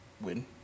win